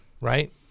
right